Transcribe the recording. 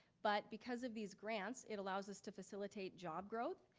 but because of these grants, it allows us to facilitate job growth,